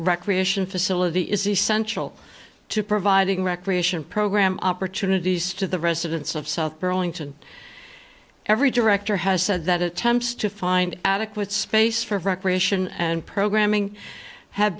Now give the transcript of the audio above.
recreation facility is essential to providing recreation program opportunities to the residents of south burlington every director has said that attempts to find adequate space for recreation and programming ha